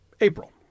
april